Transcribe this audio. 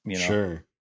Sure